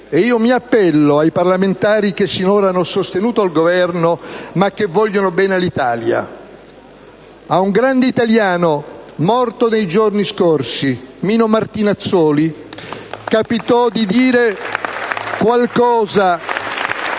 e mi appello ai parlamentari che sinora hanno sostenuto il Governo, ma che vogliono bene all'Italia. Ad un grande italiano morto nei giorni scorsi, Mino Martinazzoli capitò di dire qualcosa